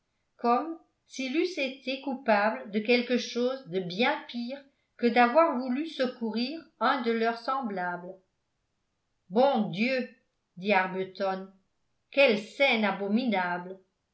comme s'ils eussent été coupables de quelque chose de bien pire que d'avoir voulu secourir un de leurs semblables bon dieu dit arbuton quelle scène abominable